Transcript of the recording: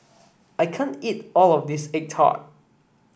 I can't eat all of this egg tart